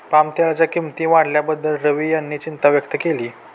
पामतेलाच्या किंमती वाढल्याबद्दल रवी यांनी चिंता व्यक्त केली